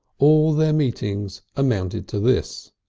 all their meetings amounted to this,